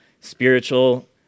spiritual